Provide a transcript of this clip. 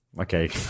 okay